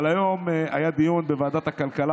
היום בבוקר היה דיון בוועדת הכלכלה.